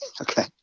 okay